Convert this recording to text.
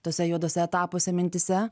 tuose juoduose etapuose mintyse